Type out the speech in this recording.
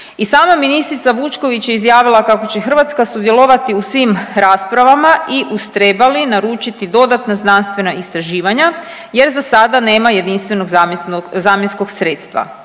i sama ministrica Vučković je izjavila kako će Hrvatska sudjelovati u svim raspravama i ustreba li, naručiti dodatna znanstvena istraživanja jer za sada nema jedinstvenog zamjenskog sredstva